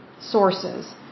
sources